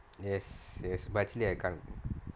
yes yes but actually I can't